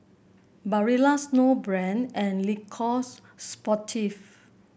Barilla Snowbrand and Le Coq Sportif